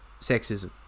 sexism